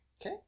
Okay